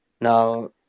now